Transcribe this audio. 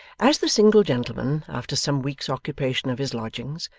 as the single gentleman after some weeks' occupation of his lodgings,